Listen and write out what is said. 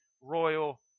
royal